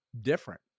different